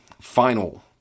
final